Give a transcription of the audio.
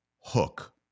hook